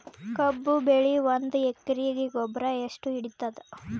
ಕಬ್ಬು ಬೆಳಿ ಒಂದ್ ಎಕರಿಗಿ ಗೊಬ್ಬರ ಎಷ್ಟು ಹಿಡೀತದ?